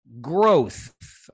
growth